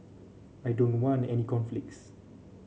I don't want any conflicts